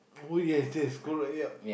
oh yes yes go right yep